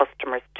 customers